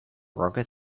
rocket